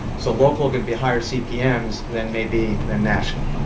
so local are going to be higher cpms than maybe than national.